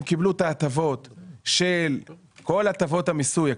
הם קיבלו את ההטבות של כל הטבות המיסוי.